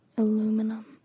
aluminum